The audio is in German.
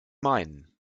meinen